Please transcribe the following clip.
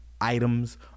items